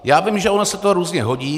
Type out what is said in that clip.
Já vím, že ono se to různě hodí.